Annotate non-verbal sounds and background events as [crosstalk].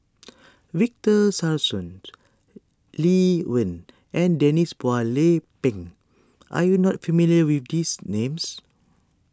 [noise] Victor Sassoon [noise] Lee Wen and Denise Phua Lay Peng are you not familiar with these names